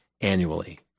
annually